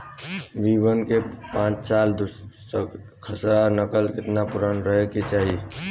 B one और पांचसाला खसरा नकल केतना पुरान रहे के चाहीं?